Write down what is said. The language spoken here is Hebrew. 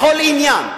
בכל עניין,